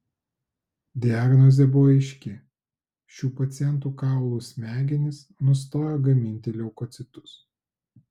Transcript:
diagnozė buvo aiški šių pacientų kaulų smegenys nustojo gaminti leukocitus